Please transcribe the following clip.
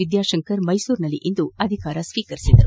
ವಿದ್ಯಾಶಂಕರ್ ಮೈಸೂರಿನಲ್ಲಿ ಇಂದು ಅಧಿಕಾರ ಸ್ತೀಕರಿಸಿದರು